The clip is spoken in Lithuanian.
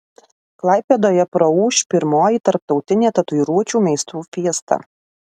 klaipėdoje praūš pirmoji tarptautinė tatuiruočių meistrų fiesta